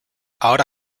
ahora